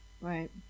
Right